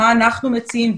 מה אנחנו מציעים,